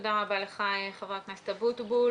תודה רבה לך, חבר הכנסת אבוטבול.